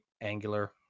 angular